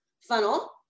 funnel